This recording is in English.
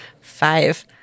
Five